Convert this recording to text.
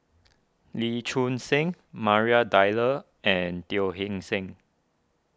Lee Choon Seng Maria Dyer and Teo Eng Seng